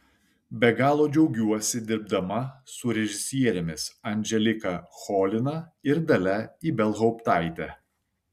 be galo džiaugiuosi dirbdama su režisierėmis anželika cholina ir dalia ibelhauptaite